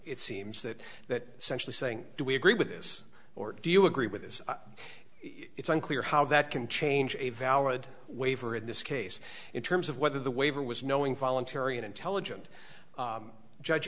it seems that that sense of saying do we agree with this or do you agree with this it's unclear how that can change a valid waiver in this case in terms of whether the waiver was knowing voluntary an intelligent judge